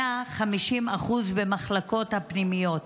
150% במחלקות הפנימיות.